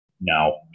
No